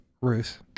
Ruth